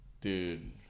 Dude